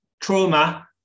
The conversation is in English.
trauma